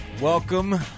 Welcome